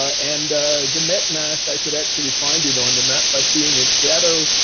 and the met mast, i could actually find it on the map by seeing its shadow,